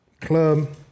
club